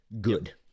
Good